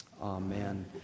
Amen